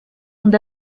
und